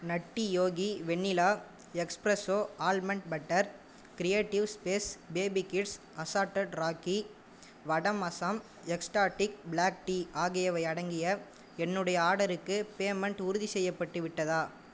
நட்டி Yogi vanilla espresso almond butter creatives space baby kids assorted rakhi வடம் Assam exotic black tea ஆகியவை அடங்கிய என்னுடைய ஆடருக்கு பேமெண்ட் உறுதிசெய்யப்பட்டு விட்டதா